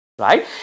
Right